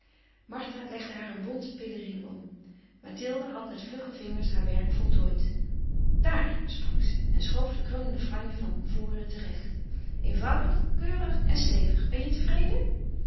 martha legde haar een bonte pelerine om mathilde had met vlugge vingers haar werk voltooid daar sprak ze en schoof de krullende franje van voren terecht eenvoudig keurig en stevig ben je tevreden